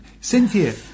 Cynthia